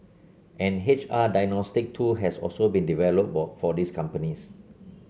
an H R diagnostic tool has also been developed for these companies